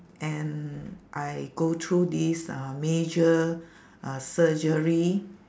and I go through this uh major uh surgery